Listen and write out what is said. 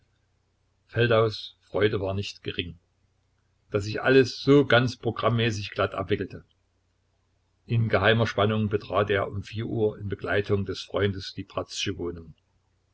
feldaus freude war nicht gering daß sich alles so ganz programmäßig glatt abwickelte in geheimer spannung betrat er um vier uhr in begleitung des freundes die